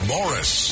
Morris